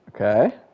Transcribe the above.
Okay